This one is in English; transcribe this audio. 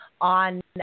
On